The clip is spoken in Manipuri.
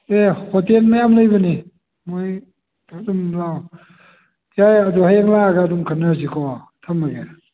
ꯑꯦ ꯍꯣꯇꯦꯜ ꯃꯌꯥꯝ ꯂꯩꯕꯅꯤ ꯃꯣꯏ ꯑꯗꯨꯝ ꯂꯥꯛꯑꯣ ꯌꯥꯏ ꯑꯗꯣ ꯍꯌꯦꯡ ꯂꯥꯛꯑꯒ ꯑꯗꯨꯝ ꯈꯟꯅꯔꯁꯤꯀꯣ ꯊꯝꯃꯒꯦ